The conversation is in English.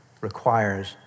requires